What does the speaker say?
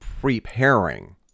preparing